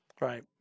Right